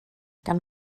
gan